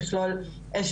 תכלול איש,